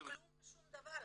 זה כלום ושום דבר.